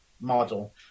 model